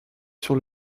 sur